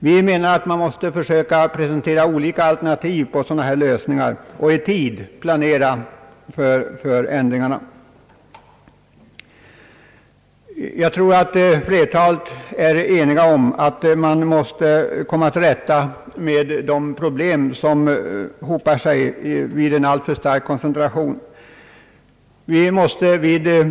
Vi anser att olika alternativ måste presenteras när det gäller frågor av detta slag och att förändringarna i tid planeras. Flertalet är säkerligen eniga om att det är nödvändigt att finna en lösning på de problem som hopar sig vid en alltför stark koncentration.